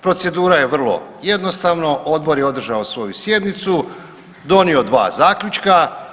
Procedura je vrlo jednostavna, odbor je održao svoju sjednicu, donio dva zaključka.